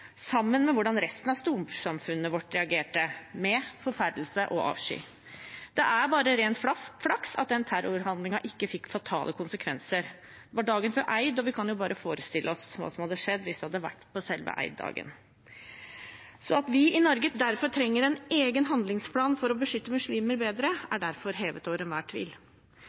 sammen med hvordan resten av storsamfunnet vårt reagerte – med forferdelse og avsky. Det er bare ren flaks at den terrorhandlingen ikke fikk fatale konsekvenser. Det var dagen før id, og vi kan bare forestille oss hva som hadde skjedd hvis det hadde vært på selve id-dagen. At vi i Norge derfor trenger en egen handlingsplan for å beskytte muslimer bedre, er derfor hevet over enhver tvil.